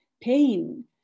pain